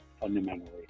Fundamentally